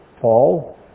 Paul